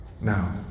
now